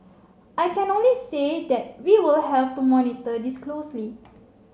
I can only say that we will have to monitor this closely